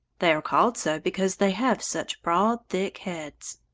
they are called so because they have such broad, thick heads.